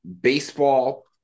baseball